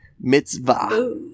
Mitzvah